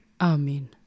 Amen